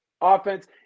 offense